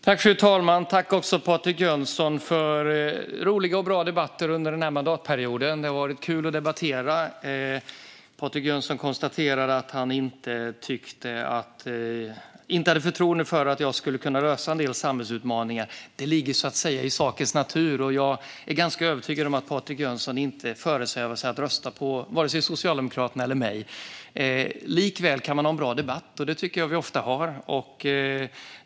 Fru talman! Tack, Patrik Jönsson, för roliga och bra debatter under den här mandatperioden! Det har varit kul att debattera. Patrik Jönsson konstaterar att han inte har förtroende för att jag skulle kunna lösa en del samhällsutmaningar. Det ligger så att säga i sakens natur att han tycker så, och jag är ganska övertygad om att det inte föresvävar Patrik Jönsson att rösta på vare sig Socialdemokraterna eller mig. Likväl kan man ha en bra debatt, och det tycker jag att vi ofta har.